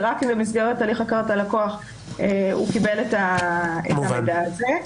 זה רק אם במסגרת הליך הכרת הלקוח הוא קיבל את המידע הזה.